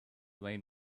lane